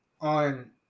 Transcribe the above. on